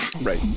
Right